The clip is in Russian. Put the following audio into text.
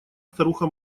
старуха